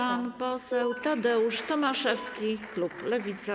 Pan poseł Tadeusz Tomaszewski, klub Lewica.